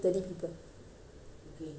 ya so I don't know lah I don't know but